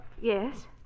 Yes